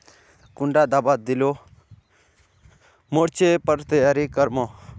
कुंडा दाबा दिले मोर्चे पर तैयारी कर मो?